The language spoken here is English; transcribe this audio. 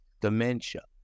dementia